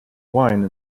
wine